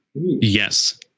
yes